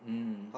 mm